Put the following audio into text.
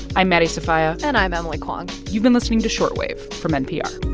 i'm maddie sofia and i'm emily kwong you've been listening to short wave from npr